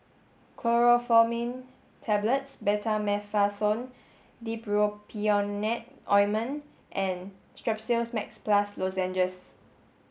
Chlorpheniramine Tablets Betamethasone Dipropionate Ointment and Strepsils Max Plus Lozenges